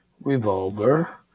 Revolver